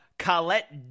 Colette